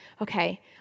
okay